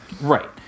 Right